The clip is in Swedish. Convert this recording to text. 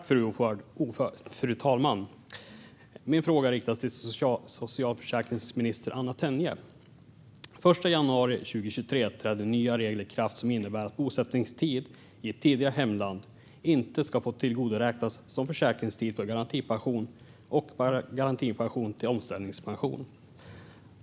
Fru talman! Min fråga riktas till socialförsäkringsminister Anna Tenje. Den 1 januari 2023 träder nya regler i kraft som innebär att bosättningstid i ett tidigare hemland inte ska få tillgodoräknas som försäkringstid för garantipension och för garantipension till omställningspension.